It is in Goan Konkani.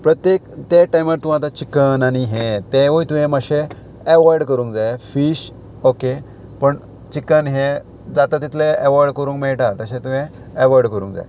प्रत्येक ते टायमार तूं आतां चिकन आनी हें तेंवूय तुवें मातशें एवॉयड करूंक जाय फीश ओके पण चिकन हें जाता तितलें एवॉयड करूंक मेळटा तशें तुवें एवॉयड करूंक जाय